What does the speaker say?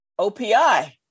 OPI